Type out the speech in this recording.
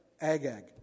Agag